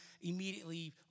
immediately